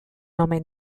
omen